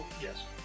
yes